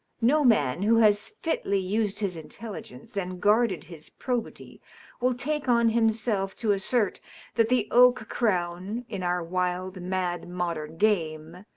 no man who has fitly used his intelligence and guarded his probity will take on himself to assert that the oak-crown, in our wild, mad modern game,